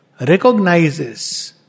recognizes